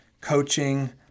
coaching